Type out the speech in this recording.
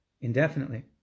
indefinitely